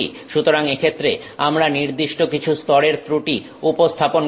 সুতরাং এক্ষেত্রে আমরা নির্দিষ্ট কিছু স্তরের ত্রুটি উপস্থাপন করেছি